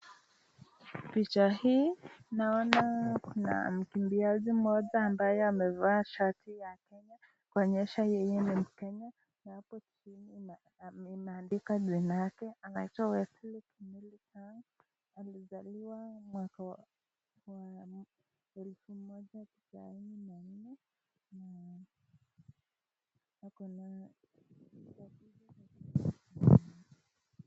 Picha hii naona kuna mkimbiaji mmoja ambaye amevaa shati ya Kenya kuonyesha yeye ni Mkenya, na hapo chini imeandika jina lake. Anaitwa Wesley Kimeli Sang, alizaliwa mwaka wa elfu moja tisaini na nne, na ako na.